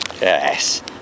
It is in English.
Yes